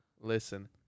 listen